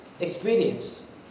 experience